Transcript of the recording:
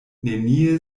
nenie